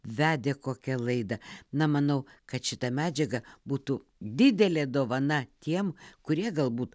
vedė kokią laidą na manau kad šita medžiaga būtų didelė dovana tiem kurie galbūt